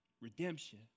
Redemption